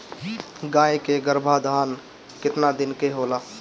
गाय के गरभाधान केतना दिन के होला?